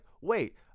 wait